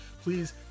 please